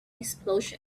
explosion